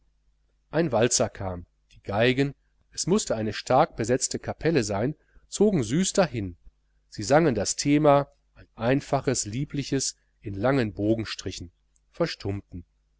ein walzer kam die geigen es mußte eine starkbesetzte kapelle sein zogen süß dahin sie sangen das thema ein einfaches liebliches in langen bogenstrichen verstummten